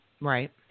Right